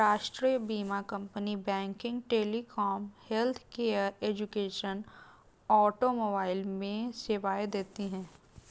राष्ट्रीय बीमा company banking, telecom, healthcare, education, automobile में सेवाएं देती है